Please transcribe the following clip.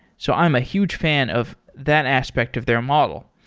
so i'm a huge fan of that aspect of their model.